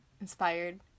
inspired